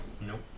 Nope